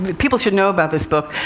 people should know about this book.